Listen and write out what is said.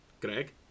Greg